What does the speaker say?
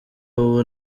ubu